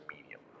medium